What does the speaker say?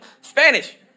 Spanish